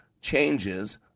changes